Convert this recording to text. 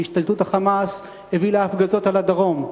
והשתלטות ה"חמאס" הביא להפגזות על הדרום,